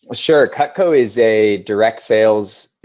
ah sure. cutco is a direct sales.